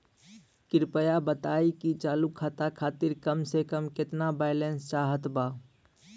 कृपया बताई कि चालू खाता खातिर कम से कम केतना बैलैंस चाहत बा